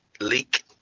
leak